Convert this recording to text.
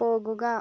പോകുക